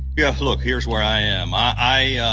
yes, look here is where i am. i